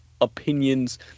opinions